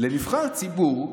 לנבחר ציבור,